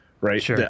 Right